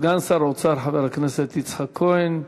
סגן שר האוצר, חבר הכנסת יצחק כהן,